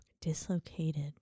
Dislocated